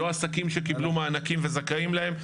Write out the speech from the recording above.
לא עסקים שקיבלו מענקים וזכאים להם.